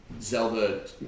Zelda